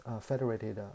federated